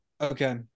Okay